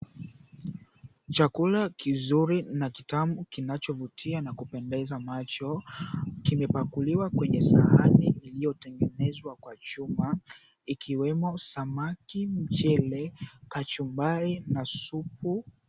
Chakula kizuri na kitamu kinachovutia na kupendeza macho kimepakuliwa kwenye sahani iliyotengenezwa kwa chuma, ikiwemo samaki, mchele, kachumbari na supu.